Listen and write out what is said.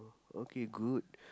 okay good